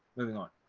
moving on